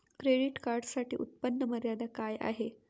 Credit कार्डसाठी उत्त्पन्न मर्यादा काय आहे?